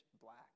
black